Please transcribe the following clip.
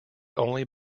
only